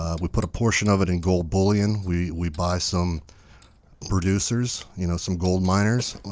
ah we put a portion of it in gold bullion. we we buy some producers, you know some gold miners,